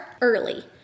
early